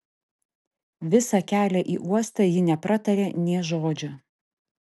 visą kelią į uostą ji nepratarė nė žodžio